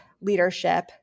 leadership